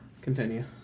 Continue